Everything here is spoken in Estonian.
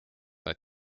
nad